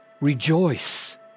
Rejoice